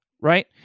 right